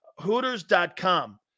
Hooters.com